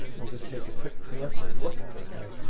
we'll just take a quick preemptive look at this guy.